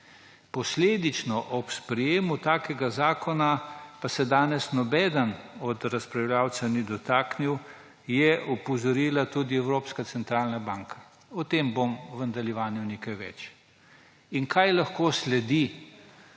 Posledično ob sprejemu takega zakona, pa se danes noben od razpravljavcev ni dotaknil, je opozorila tudi Evropska centralna banka – o tem bom v nadaljevanju nekaj več. Kaj lahko sledi